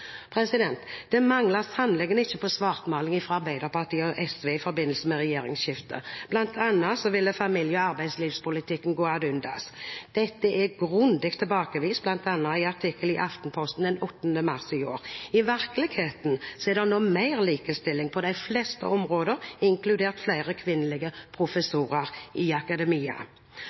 Det manglet sannelig ikke på svartmaling fra Arbeiderpartiet og SV i forbindelse med regjeringsskiftet. Blant annet ville familie- og arbeidslivspolitikken gå ad undas. Dette er grundig tilbakevist, bl.a. i en artikkel i Aftenposten den 8. mars i år. I virkeligheten er det nå mer likestilling på de fleste områder, inkludert flere kvinnelige professorer i akademia.